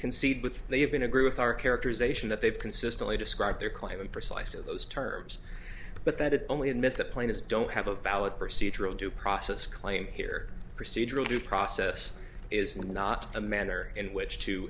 concede with they have been agree with our characterization that they've consistently described their claim precise in those terms but that it only admits that point is don't have a valid procedural due process claim here procedural due process is not a manner in which to